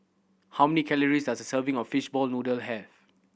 how me calories does a serving of fishball noodle have